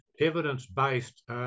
evidence-based